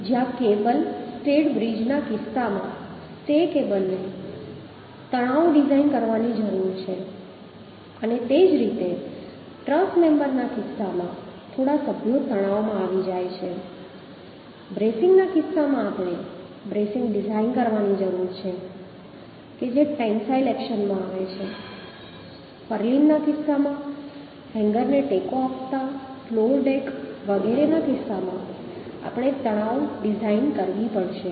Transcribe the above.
જ્યાં cable stayed bridge ના કિસ્સામાં સ્ટે કેબલને તણાવ ડિઝાઇન કરવાની જરૂર છે અને તે જ રીતે ટ્રસ મેમ્બર્સના કિસ્સામાં થોડા સભ્યો તણાવમાં આવી જાય છે બ્રેસિંગના કિસ્સામાં આપણે બ્રેસિંગ ડિઝાઇન કરવાની જરૂર છે જે ટેન્સાઇલ એક્શનમાં આવે છે પર્લિનના કિસ્સામાં હેન્ગરને ટેકો આપતા ફ્લોર ડેક વગેરેના કિસ્સામાં આપણે તણાવ માટે ડિઝાઇન કરવી પડશે